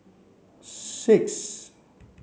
six